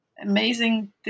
amazing